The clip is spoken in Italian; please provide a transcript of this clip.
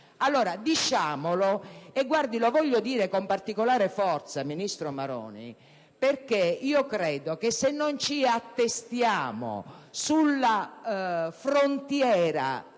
agricoli. Diciamolo! Lo voglio dire con particolare forza, ministro Maroni, perché io credo che se non ci attestiamo sulla frontiera